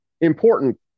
important